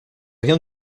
rien